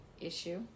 issue